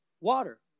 water